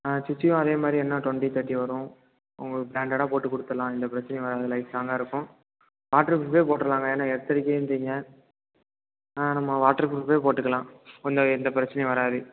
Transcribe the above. ஆ சுச்ட்சியும் அதே மாதிரியே என்ன டொண்ட்டி தேர்ட்டி வரும் உங்களுக்கு பிராண்டடாக போட்டு கொடுத்துர்லாம் எந்த பிரச்சினையும் வராது லைஃப்லாங்காக இருக்கும் வாட்டர் ப்ரூஃபே போட்டுடலாங்க ஏன்னால் எர்த் அடிக்குகிறீங்க ஆ நம்ம வாட்டர் ப்ரூஃபே போட்டுக்கலாம் ஒன்றும் எந்த பிரச்சினையும் வராது